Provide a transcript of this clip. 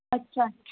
ਅੱਛਾ